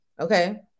Okay